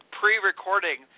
pre-recording